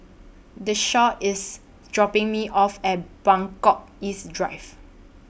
Deshawn IS dropping Me off At Buangkok East Drive